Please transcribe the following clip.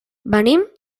venim